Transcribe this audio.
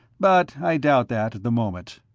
but i doubt that, at the moment.